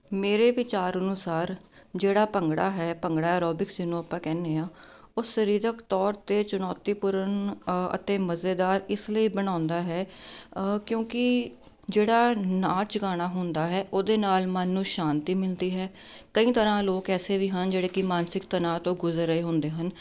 ਮੇਰੇ ਵਿਚਾਰ ਅਨੁਸਾਰ ਜਿਹੜਾ ਭੰਗੜਾ ਹੈ ਭੰਗੜਾ ਐਰੋਬਿਕਸ ਜਿਹਨੂੰ ਆਪਾਂ ਕਹਿੰਦੇ ਹਾਂ ਉਹ ਸਰੀਰਕ ਤੌਰ 'ਤੇ ਚੁਣੌਤੀਪੂਰਨ ਅਤੇ ਮਜ਼ੇਦਾਰ ਇਸ ਲਈ ਬਣਾਉਂਦਾ ਹੈ ਕਿਉਂਕਿ ਜਿਹੜਾ ਨਾਚ ਗਾਣਾ ਹੁੰਦਾ ਹੈ ਉਹਦੇ ਨਾਲ ਮਨ ਨੂੰ ਸ਼ਾਂਤੀ ਮਿਲਦੀ ਹੈ ਕਈ ਤਰ੍ਹਾਂ ਲੋਕ ਐਸੇ ਵੀ ਹਨ ਜਿਹੜੇ ਕਿ ਮਾਨਸਿਕ ਤਣਾਅ ਤੋਂ ਗੁਜ਼ਰ ਰਹੇ ਹੁੰਦੇ ਹਨ